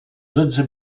dotze